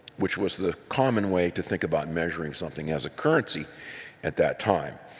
which was the common way to think about measuring something as a currency at that time.